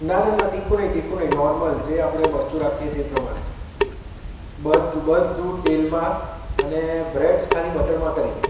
ના ના ના ના તીખું નહીં તીખું નહીં નોર્મલ જે આપણે મરચું રાખીએ છે એ પ્રમાણે જ બધુ બધુ તેલમાં અને બ્રેડસ ખાલી બટરમાં કરી દો